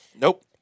Nope